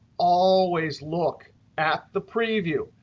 always look at the preview.